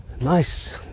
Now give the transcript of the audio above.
Nice